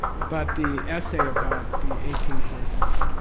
but, the essay about the eighteen courses,